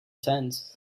tent